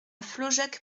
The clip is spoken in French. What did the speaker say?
flaujac